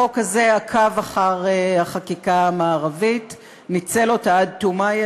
החוק הזה עקב אחר החקיקה המערבית וניצל אותה עד תומה,